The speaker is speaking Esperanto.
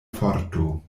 forto